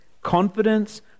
confidence